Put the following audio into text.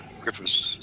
Griffiths